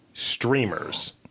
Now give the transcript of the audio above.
streamers